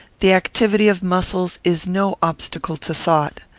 the activity of muscles is no obstacle to thought.